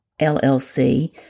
LLC